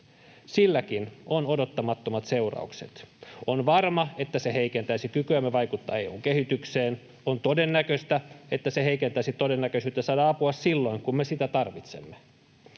Silläkin on odottamattomat seuraukset. On varma, että se heikentäisi kykyämme vaikuttaa EU:n kehitykseen. On todennäköistä, että se heikentäisi todennäköisyyttä saada apua silloin, kun me sitä tarvitsemme.